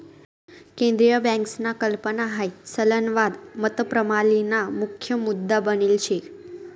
केंद्रीय बँकसना कल्पना हाई चलनवाद मतप्रणालीना मुख्य मुद्दा बनेल शे